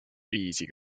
easy